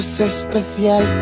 especial